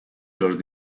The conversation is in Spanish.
los